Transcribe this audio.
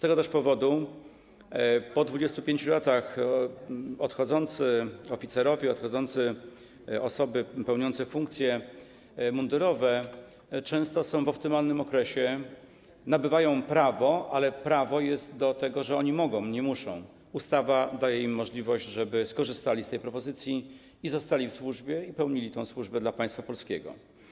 Odchodzący po 25 latach oficerowie, odchodzące osoby pełniące funkcje mundurowe często są w optymalnym okresie, nabywają prawo, ale prawo stanowi, że oni mogą, nie muszą - ustawa daje im możliwość, żeby skorzystali z tej propozycji i zostali w służbie, i pełnili tę służbę dla państwa polskiego.